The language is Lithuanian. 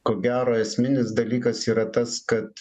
ko gero esminis dalykas yra tas kad